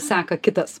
seka kitas